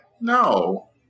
no